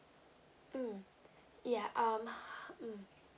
mm yeah um mm